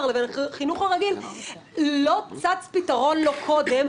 לחינוך הרגיל לא צץ לו פתרון קודם,